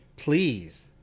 Please